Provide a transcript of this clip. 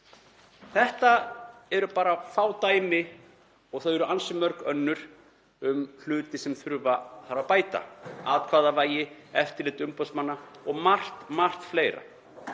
Þetta eru bara fá dæmi og þau eru ansi mörg önnur um hluti sem þarf að bæta; atkvæðavægi, eftirlit umboðsmanna og margt fleira.